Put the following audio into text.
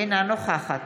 אינה נוכחת